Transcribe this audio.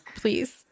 Please